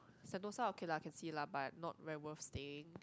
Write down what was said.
Sentosa okay lah can see lah but not very worth staying